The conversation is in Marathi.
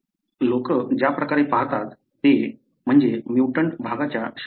लोक ज्या प्रकारे पाहतात ते म्हणजे म्युटंट भागाच्या शेजारचा भाग